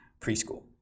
preschool